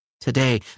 today